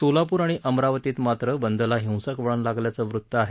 सोलापूर आणि अमरावतीत मात्र बंदला हिंसक वळण लागल्याचं वृत्त आहे